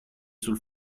sul